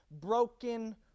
broken